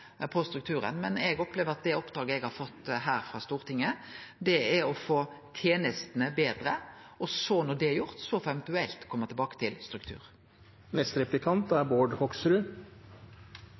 strukturen. Men eg opplever at det oppdraget eg har fått her frå Stortinget, er å få tenestene betre, og så når det er gjort, får ein eventuelt kome tilbake til